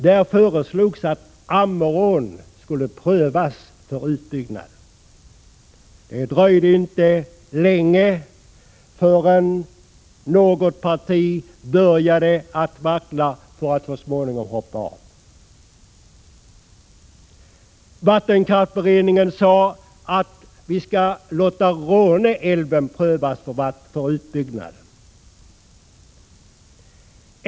Det föreslogs att Ammerån skulle prövas för utbyggnad. Efter en kort tid började något parti vackla för att så småningom hoppa av. Vattenkraftsberedningen sade att vi skall låta Råneälven prövas för utbyggnad.